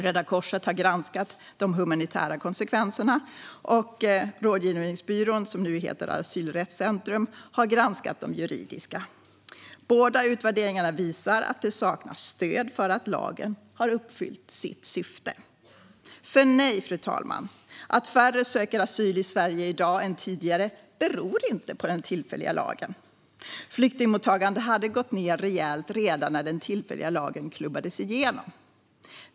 Röda Korset har granskat de humanitära konsekvenserna. Rådgivningsbyrån, som nu heter Asylrättscentrum, har granskat de juridiska. Båda utvärderingarna visar att det saknas stöd för att lagen skulle ha uppfyllt sitt syfte. För nej, fru talman, att färre söker asyl i Sverige i dag än tidigare beror inte på den tillfälliga lagen. Flyktingmottagandet hade gått ned rejält redan när den tillfälliga lagen klubbades igenom.